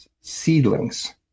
seedlings